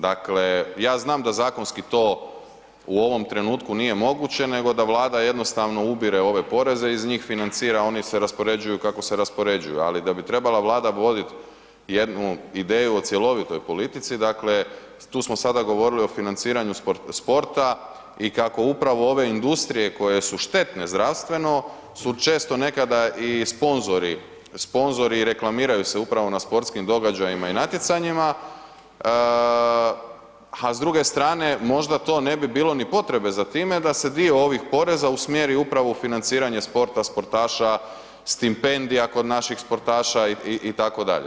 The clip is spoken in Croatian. Dakle, ja znam da zakonski to u ovom trenutku nije moguće nego da Vlada jednostavno ubire ove poreze i iz njih financira, oni se raspoređuju kako se raspoređuju, ali da bi trebala Vlada voditi jednu ideju o cjelovitoj politici, dakle tu smo sada govorili o financiranju sporta i kako upravo ove industrije koje su štetne zdravstveno su često nekada i sponzori, sponzori i reklamiraju se upravo na sportskim događajima i natjecanjima, a s druge strane možda to ne bi bilo ni potrebe za time da se dio ovih poreza usmjeri upravo u financiranje sporta, sportaša, stipendija kod naših sportaša itd.